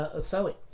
sewing